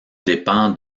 dépend